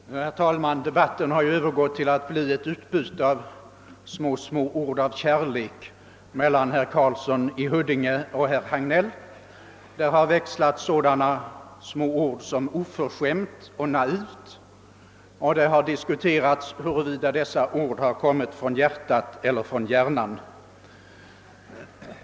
Herr talman! Debatten har övergått till att bli ett utbyte av små, små ord av kärlek mellan herr Karlsson i Huddinge och herr Hagnell. Där har växlats sådana små ord som »oförskämt» och »naivt», och det har diskuterats huru vida dessa ord har kommit från hjärtat eller hjärnan.